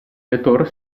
dottor